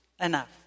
enough